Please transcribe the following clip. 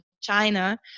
China